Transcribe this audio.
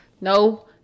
No